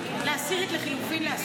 להסיר את לחלופין.